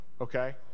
okay